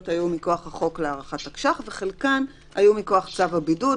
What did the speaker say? היו מכוח החוק להארכת תקש"ח וחלקן היו מכוח צו הבידוד,